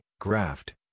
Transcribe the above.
graft